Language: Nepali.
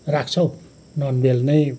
राख्छौ नन बेल नै